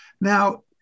now